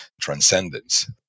transcendence